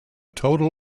total